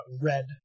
red